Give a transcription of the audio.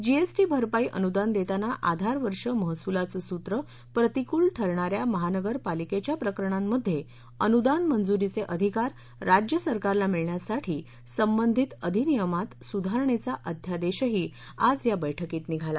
GST भरपाई अनुदान देताना आधार वर्ष महसुलाचं सूत्र प्रतिकूल ठरणाऱ्या महानगरपालिकेच्या प्रकरणांमध्ये अनुदान मंजुरीचे अधिकार राज्य सरकारला मिळण्यासाठी संबंधित अधिनियमात सुधारणेचा अध्यादेशही आज या बैठकीत निघाला